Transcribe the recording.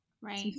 Right